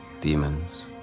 demons